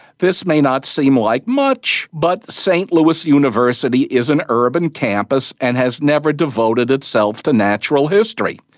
this may not seem like much, but st louis university is an urban campus and has never devoted itself to natural history.